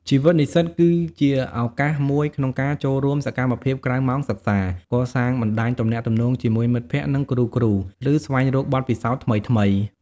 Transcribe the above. ជីវិតនិស្សិតគឺជាឱកាសមួយក្នុងការចូលរួមសកម្មភាពក្រៅម៉ោងសិក្សា កសាងបណ្តាញទំនាក់ទំនងជាមួយមិត្តភក្តិ និងគ្រូៗ ឬស្វែងរកបទពិសោធន៍ថ្មីៗ។